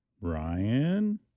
Ryan